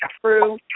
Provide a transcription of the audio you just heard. true